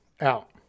out